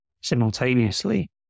simultaneously